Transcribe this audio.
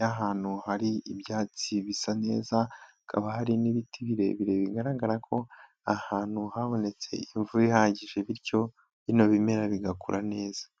y'ahantu hari ibyatsi bisa neza, hakaba hari n'ibiti birebire bigaragara ko ahantu habonetse imvura ihagije, bityo bino bimera bigakura neza.